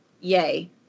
yay